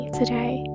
today